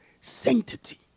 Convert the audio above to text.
sanctity